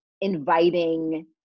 inviting